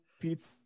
pizza